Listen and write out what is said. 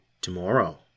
tomorrow